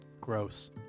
gross